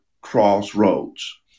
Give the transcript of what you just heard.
Crossroads